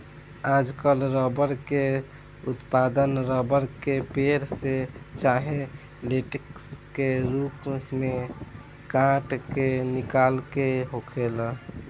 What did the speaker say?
आजकल रबर के उत्पादन रबर के पेड़, से चाहे लेटेक्स के रूप में काट के निकाल के होखेला